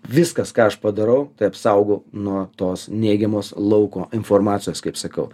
viskas ką aš padarau tai apsaugau nuo tos neigiamos lauko informacijos kaip sakau